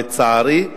לצערי,